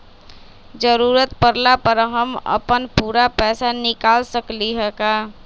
जरूरत परला पर हम अपन पूरा पैसा निकाल सकली ह का?